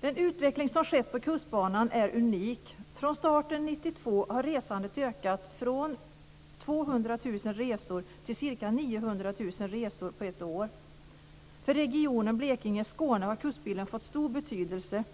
Den utveckling som skett på Kustbanan är unik. Blekinge-Skåne har Kustpilen fått stor betydelse,